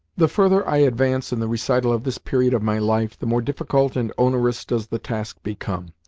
the further i advance in the recital of this period of my life, the more difficult and onerous does the task become.